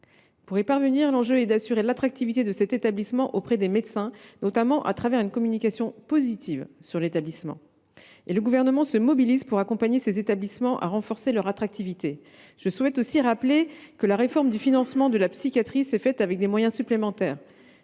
Pour y parvenir, l’enjeu est d’assurer l’attractivité de cet établissement auprès des médecins, notamment au travers d’une communication positive à son sujet. Le Gouvernement se mobilise pour accompagner ce type d’établissements à renforcer leur attractivité. Je rappelle par ailleurs que la réforme du financement de la psychiatrie s’est faite avec des moyens supplémentaires,